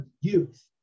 youth